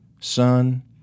son